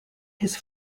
his